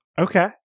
Okay